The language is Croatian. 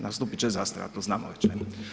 Nastupit će zastara, to znamo već, ne.